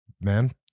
Man